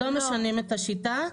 לא משנים את השיטה,